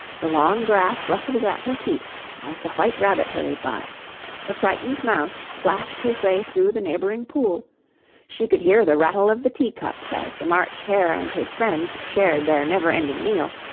the long grass rustled at her feet as the white rabbit hurried by the frightened mouse splashed his way through the neighbouring pool she could hear the rattle of the teacups as the march hare and his friends shared their never-ending meal,